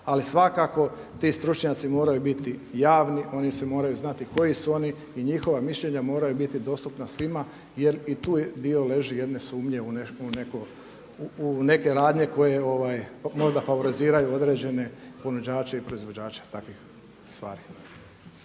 ali svakako ti stručnjaci moraju biti javni, oni se moraju znati koji su oni i njihova mišljenja moraju biti dostupna svima jer i tu leži dio jedne sumnje u neke radnje koje možda favoriziraju određene ponuđače i proizvođače takvih stvari.